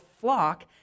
flock